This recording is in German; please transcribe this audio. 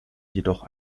jedoch